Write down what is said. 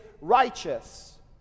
righteous